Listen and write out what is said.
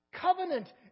covenant